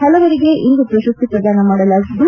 ಪಲವರಿಗೆ ಇಂದು ಪ್ರಶಸ್ತಿ ಪ್ರದಾನ ಮಾಡಲಾಗಿದ್ದು